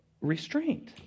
restraint